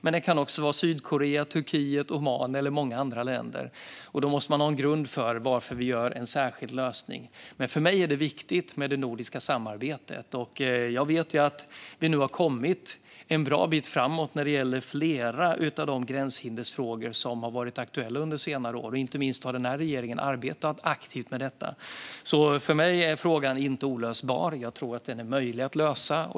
Men det kan också vara Sydkorea, Turkiet, Oman och många andra länder. Då måste man ha en grund för varför vi gör en särskild lösning. För mig är det viktigt med det nordiska samarbetet. Jag vet att vi nu har kommit en bra bit framåt när det gäller flera av de gränshinderfrågor som har varit aktuella under senare år. Inte minst har den här regeringen arbetat aktivt med detta. För mig är frågan inte olösbar. Jag tror att den är möjlig att lösa.